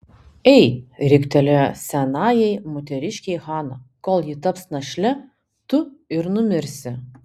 ei riktelėjo senajai moteriškei hana kol ji taps našle tu ir numirsi